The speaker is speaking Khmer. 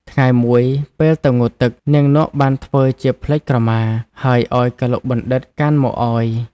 ថ្ងៃមួយ ពេលទៅងូតទឹក នាងនក់បានធ្វើជាភ្លេចក្រមា ហើយឱ្យកឡុកបណ្ឌិត្យកាន់មកឱ្យ ។